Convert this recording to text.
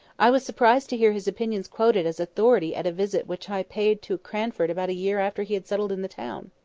i was surprised to hear his opinions quoted as authority at a visit which i paid to cranford about a year after he had settled in the town.